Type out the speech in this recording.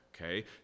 okay